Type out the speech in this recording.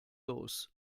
los